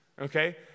okay